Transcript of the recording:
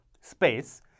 space